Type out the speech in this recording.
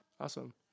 awesome